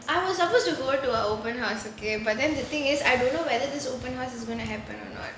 I was supposed to go to a open house okay but then the thing is I don't know whether this open house is going to happen or not